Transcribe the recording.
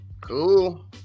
Cool